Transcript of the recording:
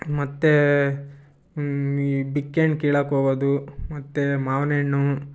ಮತ್ತು ಈ ಬಿಕ್ಕೆ ಹಣ್ಣು ಕೀಳಕ್ಕೆ ಹೋಗೋದು ಮತ್ತು ಮಾವಿನ ಹಣ್ಣು